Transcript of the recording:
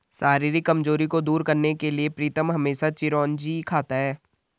शारीरिक कमजोरी को दूर करने के लिए प्रीतम हमेशा चिरौंजी खाता है